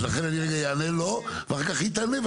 אז לכן אני רגע יענה לו ואחר כך היא תענה,